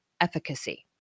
efficacy